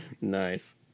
Nice